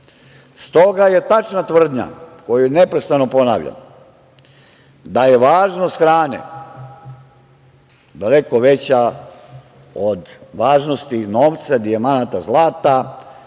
drugo. Stoga je tačna tvrdnja koju neprestano ponavljam da je važnost hrane daleko veća od važnosti novca, dijamanata, zlata,